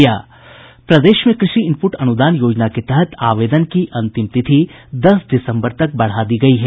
प्रदेश में कृषि इनपुट अनुदान योजना के तहत आवेदन की अंतिम तिथि दस दिसंबर तक बढ़ा दी गई है